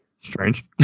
strange